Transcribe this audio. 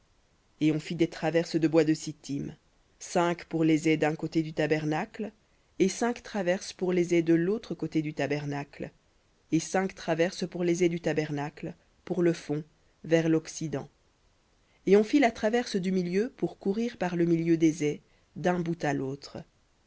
et on fit des traverses de bois de sittim cinq pour les ais d'un côté du tabernacle et cinq traverses pour les ais de l'autre côté du tabernacle et cinq traverses pour les ais du tabernacle pour le fond vers loccident et on fit la traverse du milieu pour courir par le milieu des ais d'un bout à l'autre